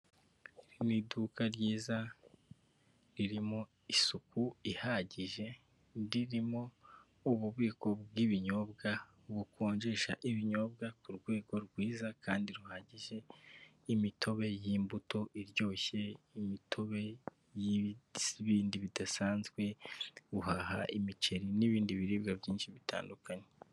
Iri ni iduka ryiza ririmo isuku ihagije, ririmo ububiko bw'ibinyobwa bukonjesha ibinyobwa ku rwego rwiza kandi ruhagije, imitobe y'imbuto iryoshye, imitobe y'ibindi bidasanzwe, uhaha imiceri n'ibindi biribwa byinshi bitandukanye.